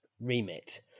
remit